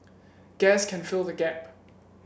gas can fill the gap